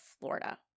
Florida